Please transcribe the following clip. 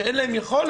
שאין להם יכולת.